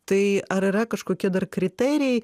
tai ar yra kažkokie dar kriterijai